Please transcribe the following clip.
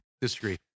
disagree